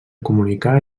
comunicar